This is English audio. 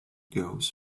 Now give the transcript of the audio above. goes